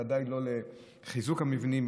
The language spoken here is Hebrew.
ודאי לא לחיזוק המבנים,